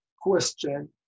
question